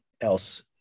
else